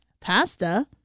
Pasta